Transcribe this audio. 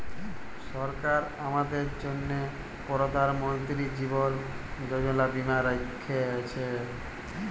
সরকার আমাদের জ্যনহে পরধাল মলতিরি জীবল যোজলা বীমা রাখ্যেছে